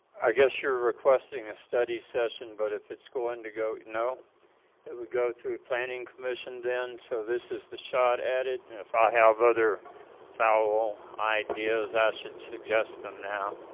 i guess you're requesting a study session but if it's going to go, you know it would go through planning commission then so this is the shot at it and if i have other foul ideas, i should suggest them now